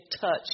touch